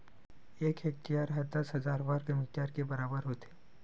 एक हेक्टेअर हा दस हजार वर्ग मीटर के बराबर होथे